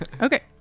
Okay